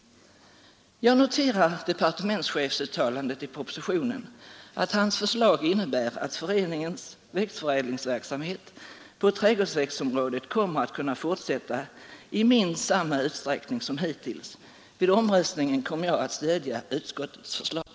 Jag noterar av departementschefens uttalande i propositionen att hans förslag innebär att föreningens växtförädlingsverksamhet på trädgårdsväxtområdet kommer att kunna fortsätta i minst samma utsträckning som hittills. Vid omröstningen kommer jag att stödja utskottets förslag.